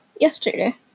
yesterday